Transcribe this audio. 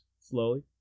slowly